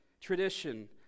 tradition